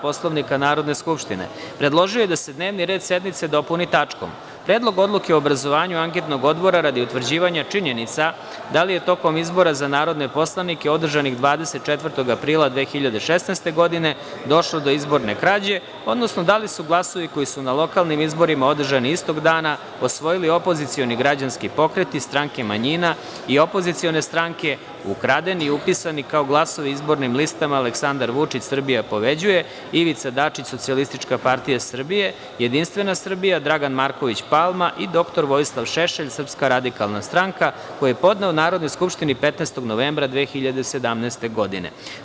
Poslovnika Narodne skupštine, predložio je da se dnevni red sednice dopuni tačkom – Predlog odluke o obrazovanju Anketnog odbora radi utvrđivanja činjenica da li je tokom izbora za narodne poslanike, održanih 24. aprila 2016. godine, došlo do izborne krađe, odnosno da li su glasovi koji su na lokalnim izborima, održanim istog dana, osvojili opozicioni građanski pokreti, stranke manjina i opozicione stranke, ukradeni i upisani kao glasovi izbornim listama Aleksandar Vučić – Srbija pobeđuje, Ivica Dačić – Socijalistička partija Srbije, Jedinstvena Srbija - Dragan Marković Palma i dr Vojislav Šešelj – Srpska radikalna stranka, koji je podneo Narodnoj skupštini 15. novembra 2017. godine.